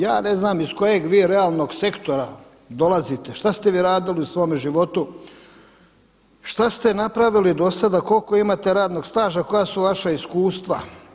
Ja ne znam iz kojeg vi realnog sektora dolazite, šta ste vi radili u svome životu, šta ste napravili do sada, koliko imate radnog staža, koja su vaša iskustva.